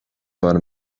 var